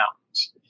mountains